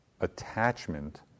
attachment